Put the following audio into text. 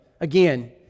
Again